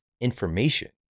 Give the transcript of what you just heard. information